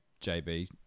JB